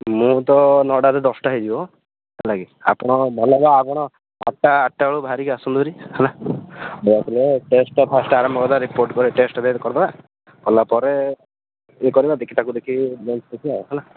ମୁଁ ତ ନଟାରୁ ଦଶଟା ହେଇଯିବ ହେଲା କି ଆପଣ ଭଲ ହବ ଆପଣ ଆଠଟା ଆଠଟା ବେଳକୁ ବାହରିକି ଆସନ୍ତୁ ହେରି ହେଲା ତା'ପରେ ଟେଷ୍ଟ୍ଟା ଫାଷ୍ଟ୍ ଆରମ୍ଭ କରିଦେବା ରିପୋର୍ଟ୍ ପରେ ଟେଷ୍ଟ୍ଟା ଟିକିଏ କରିଦେବା କଲାପରେ ଇଏ କରିବା ତାକୁ ଦେଖି ତାକୁ ଦେଖିକି ଲେନ୍ସ ଦେଖିବା ହେଲା